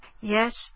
Yes